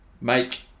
make